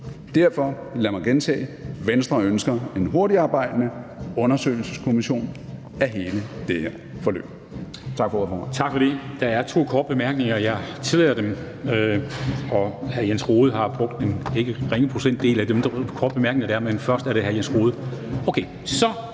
Derfor, lad mig gentage: Venstre ønsker en hurtigarbejdende undersøgelseskommission af hele det her forløb.